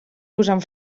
posant